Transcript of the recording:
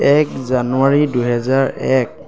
এক জানুৱাৰী দুহেজাৰ এক